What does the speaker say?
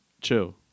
Chill